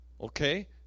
Okay